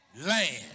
land